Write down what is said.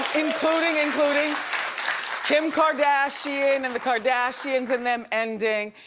including, including kim kardashian and the kardashians and them ending,